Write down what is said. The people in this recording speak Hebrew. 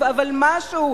אבל משהו,